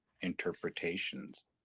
interpretations